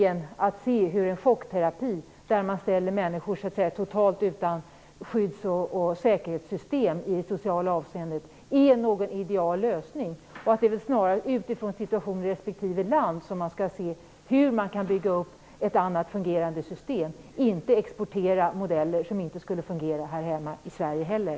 En chockterapi, där man ställer människor totalt utan skydds och säkerhetssystem i socialt avseende, är inte någon ideal lösning. Det är väl snarare utifrån situationen i respektive land som man skall se hur man kan bygga upp ett annat fungerande system. Man skall inte exportera modeller som inte skulle fungera här hemma i Sverige heller.